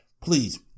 Please